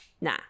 nah